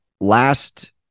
last